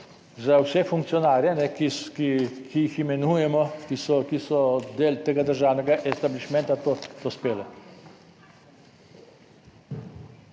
za vse funkcionarje, ki jih imenujemo, ki so, ki so del tega državnega establishmenta, to spelje.